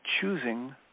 choosing